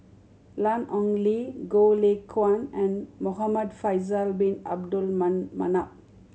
Lan Ong Li Goh Lay Kuan and Muhamad Faisal Bin Abdul Manap